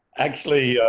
actually,